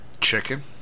Chicken